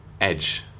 edge